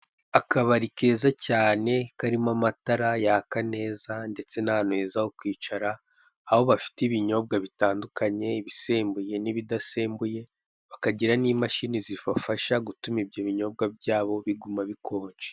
Akabari keza cyane karimo amatara yaka neza ndetse n'ahantu heza ho kwicara aho bafite ibinyobwa bitandukanye ibisembuye n'ibidasembuye bakagira n'imashini zibafasha gutuma ibyo binyobwa byabo bituma bikonje.